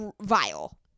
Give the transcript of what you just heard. vile